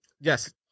Yes